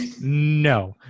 No